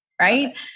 right